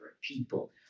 people